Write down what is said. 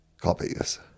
copies